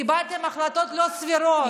קיבלתם החלטות לא סבירות,